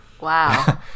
Wow